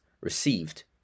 received